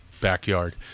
backyard